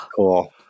Cool